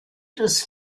des